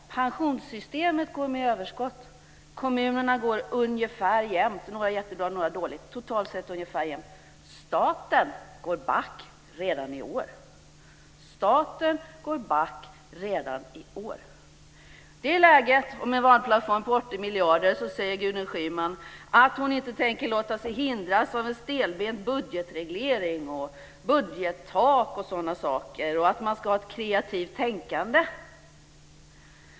Pensionssystemet går med överskott. Kommunerna går ungefär jämnt ut. Några går jättebra, några går dåligt men totalt går de ungefär jämnt ut. Staten går back redan i år. I det läget, och med en valplattform på 80 miljarder, säger Gudrun Schyman att hon inte tänker låta sig hindras av en stelbent budgetreglering, budgettak och sådana saker och att man ska ha ett kreativt tänkande.